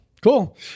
cool